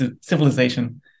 civilization